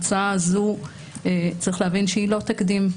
צריך להבין שההצעה הזו היא לא תקדים.